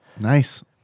Nice